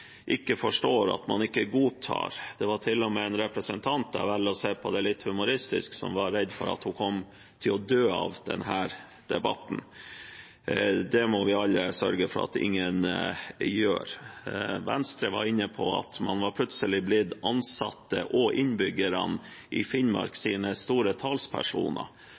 ikke forstår, at man ikke godtar. Det var til og med en representant – jeg velger å se litt humoristisk på det – som var redd for at hun kom til å dø av denne debatten. Det må vi alle sørge for at ingen gjør. Venstre var inne på at man plutselig var blitt ansatte og innbyggerne i Finnmarks store talspersoner.